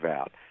out